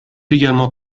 également